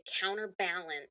counterbalance